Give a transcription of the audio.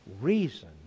reason